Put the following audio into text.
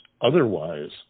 otherwise